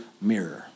mirror